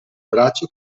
braccio